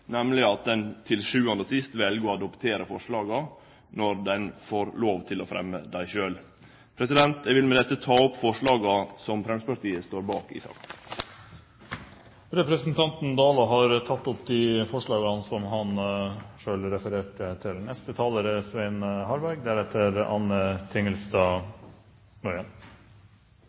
nemleg at ein til sjuande og sist vel å adoptere forslaga når ein får lov til å fremme dei sjølv. Eg vil med dette ta opp dei forslaga som Framstegspartiet står bak i saka. Representanten Jon Georg Dale har tatt opp de forslagene han refererte til. Nasjonale prøver er